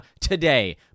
today